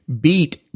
beat